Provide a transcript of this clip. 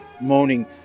moaning